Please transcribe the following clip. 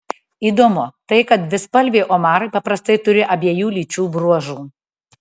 įdomu tai kad dvispalviai omarai paprastai turi abiejų lyčių bruožų